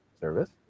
service